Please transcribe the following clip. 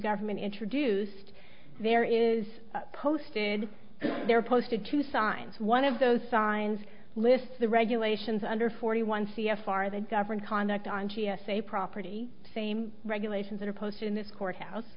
government introduced there is posted there are posted two signs one of those signs lists the regulations under forty one c f r they govern conduct on g s a property same regulations that are posted in this courthouse